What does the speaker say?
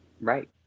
Right